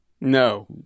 No